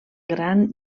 gran